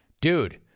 Dude